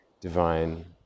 divine